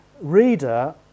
reader